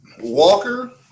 Walker